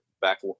back